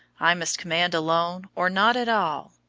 i must command alone or not at all,